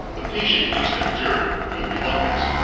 the patient east abjured, with reluctance,